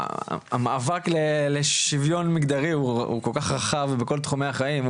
המאבק לשיוויון מגדרי הוא כל כך רחב בכל תחומי החיים.